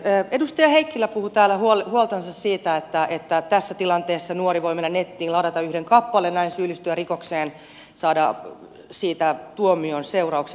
edustaja heikkilä puhui täällä huoltansa siitä että tässä tilanteessa nuori voi mennä nettiin ladata yhden kappaleen näin syyllistyä rikokseen saada siitä tuomion seurauksia